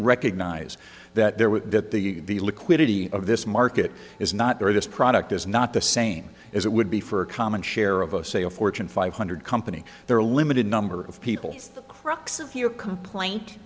recognize that there was that the liquidity of this market is not there this product is not the same as it would be for a common share of oh say a fortune five hundred company there are a limited number of people the crux of your complaint